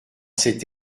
cet